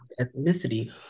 ethnicity